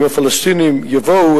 אם הפלסטינים יבואו,